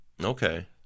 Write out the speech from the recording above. Okay